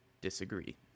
disagree